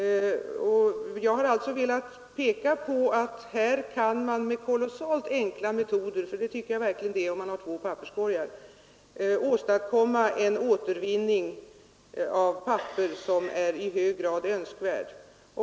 Här kan man med kolossalt enkla metoder — för det tycker jag verkligen det är om man har två papperskorgar — åstadkomma en återvinning av papper som är i hög grad önskvärd.